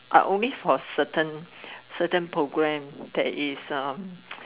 I only for certain certain program that is a